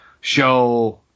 show